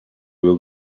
will